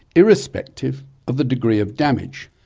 irrespective of the degree of damage.